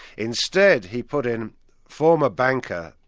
instead, he put in former banker,